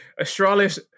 Astralis